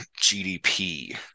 GDP